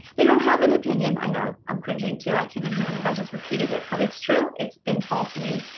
they don't have an opinion. i know, i'm cringing too, i can't even believe i just repeated it, but it's true. it's been told to me,